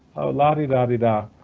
la-di-da-di-da,